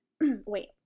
wait